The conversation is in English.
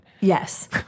Yes